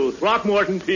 Throckmorton